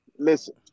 Listen